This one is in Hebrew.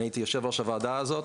הייתי יושב-ראש הוועדה הזאת,